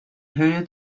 höhe